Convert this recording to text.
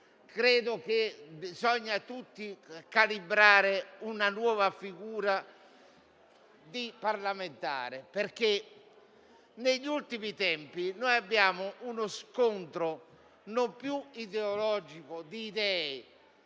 credo che bisogna tutti calibrare una nuova figura di parlamentare, perché negli ultimi tempi non abbiamo più uno scontro di visioni ideologico di idee,